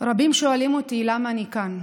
רבים שואלים אותי למה אני כאן.